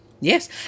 yes